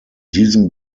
diesem